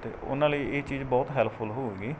ਅਤੇ ਉਨ੍ਹਾਂ ਲਈ ਇਹ ਚੀਜ਼ ਬਹੁਤ ਹੈਲਪਫੁੱਲ ਹੋਊਗੀ